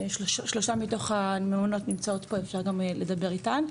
שלוש מתוך הממונות נמצאות פה, אפשר גם לדבר איתן.